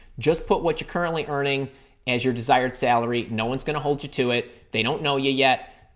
just put what you're currently earning as your desired salary. no one's going to hold you to it. they don't know you yet.